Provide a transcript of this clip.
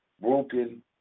broken